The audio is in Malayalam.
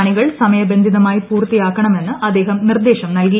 പണികൾ സമയബന്ധിതമായി പൂർത്തിയാക്കണമെന്ന് അദ്ദേഹം നിർദ്ദേശം നൽകി